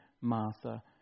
Martha